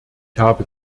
habe